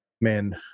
man